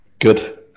good